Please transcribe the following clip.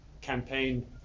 campaign